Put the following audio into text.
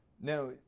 Now